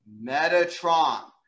Metatron